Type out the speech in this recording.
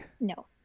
no